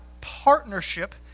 partnership